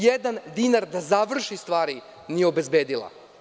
Jedan dinar da završi stvari nije obezbedila.